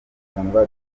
kundwa